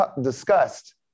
discussed